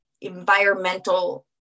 environmental